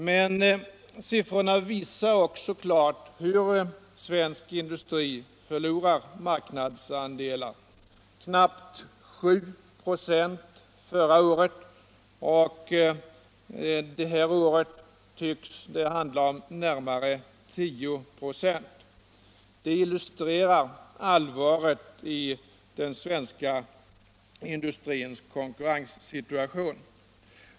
Men siffrorna visar också klart hur svensk industri förlorar marknadsandelar, knappt 7 "ö förra året, och i år tycks det handla om närmare 10 .”.. Detta illustrerar allvaret i den svenska industrins konkurrenssituation.